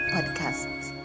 Podcasts